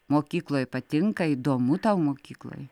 mokykloje patinka įdomu tau mokykloj